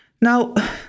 Now